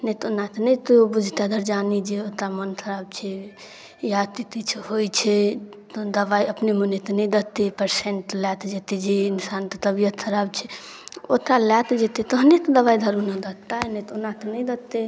नहि तऽ ओना तऽ नहि किओ बुझतै अगरजानी जे ओकर मोन खराब छै या कि किछु होइ छै तहन दवाइ अपने मोने तऽ नहि देतै पेशेंट लए कऽ जेतै जे इन्सानके तबियत खराब छै ओतय लए कऽ जेतै तहने ने दवाइ दारू ने देतै ने तऽ ओना तऽ नहि देतै